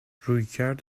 رویکرد